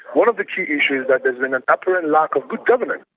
one of the key issues that has been an apparent lack of good governance.